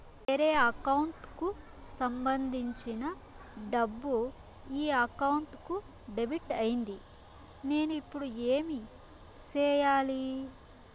వేరే అకౌంట్ కు సంబంధించిన డబ్బు ఈ అకౌంట్ కు డెబిట్ అయింది నేను ఇప్పుడు ఏమి సేయాలి